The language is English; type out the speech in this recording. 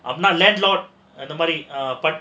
அப்டினா:apdinaa landlord அந்த மாதிரி:andha maadhiri